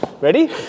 Ready